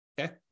okay